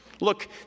Look